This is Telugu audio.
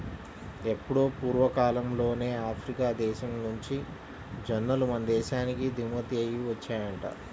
ఎప్పుడో పూర్వకాలంలోనే ఆఫ్రికా దేశం నుంచి జొన్నలు మన దేశానికి దిగుమతయ్యి వచ్చాయంట